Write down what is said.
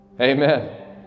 Amen